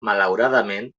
malauradament